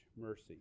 mercy